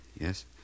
Yes